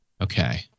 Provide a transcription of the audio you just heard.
Okay